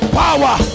power